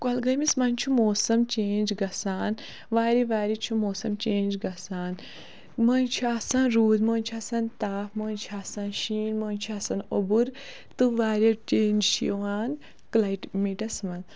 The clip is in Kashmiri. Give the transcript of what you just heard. کۄلگٲمَس منٛز چھُ موسم چینٛج گژھان واریاہ واریاہ چھُ موسم چینٛج گژھان مٔنٛزۍ چھِ آسان روٗد مٔنٛزۍ چھِ آسان تاپھ مٔنٛزۍ چھِ آسان شیٖن مٔنٛزۍ چھِ آسان اوٚبُر تہٕ واریاہ چینٛج چھِ یِوان کٕلایمیٹَس منٛز